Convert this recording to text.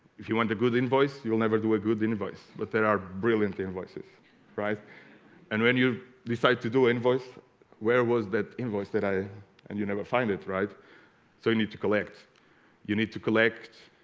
if you want a good invoice you'll never do a good invoice but there are brilliantly invoices right and when you decide to do invoice where was that invoice that i and you never find it right so you need to collect you need to collect